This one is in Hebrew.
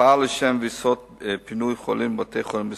פעל לשם ויסות פינוי חולים לבתי-חולים בסביבה.